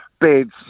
beds